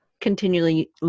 continually